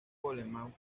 coleman